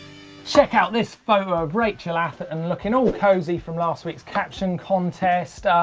check out this photo of rachel atherton looking all cosy from last week's caption contest.